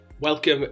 welcome